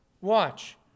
Watch